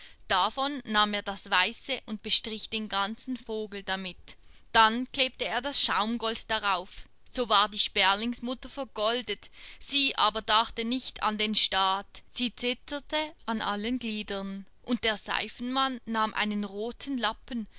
davon nahm er das weiße und bestrich den ganzen vogel damit dann klebte er schaumgold darauf so war die sperlingsmutter vergoldet sie aber dachte nicht an den staat sie zitterte an allen gliedern und der seifenmann nahm einen roten lappen